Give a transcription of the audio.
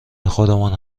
خودمان